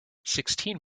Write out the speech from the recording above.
sixteen